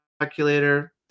calculator